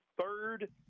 third